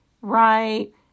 right